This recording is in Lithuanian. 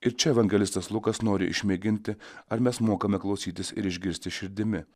ir čia evangelistas lukas nori išmėginti ar mes mokame klausytis ir išgirsti širdimi